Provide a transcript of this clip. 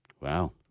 Wow